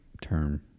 term